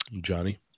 Johnny